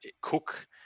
Cook